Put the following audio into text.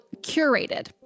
curated